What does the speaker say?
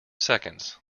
seconds